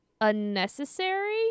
unnecessary